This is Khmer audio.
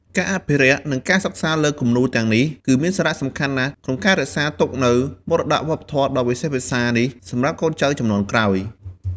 ការអភិរក្ស និងការសិក្សាលើគំនូរទាំងនេះ គឺមានសារៈសំខាន់ណាស់ក្នុងការរក្សាទុកនូវមរតកវប្បធម៌ដ៏វិសេសវិសាលនេះសម្រាប់កូនចៅជំនាន់ក្រោយ។